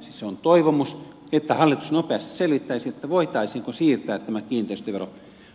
siis se on toivomus että hallitus nopeasti selvittäisi voitaisiinko siirtää tämä kiinteistövero